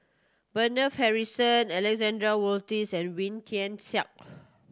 Bernard Harrison Alexander Wolters and Wee Tian Siak